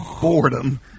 boredom